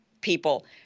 people